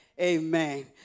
Amen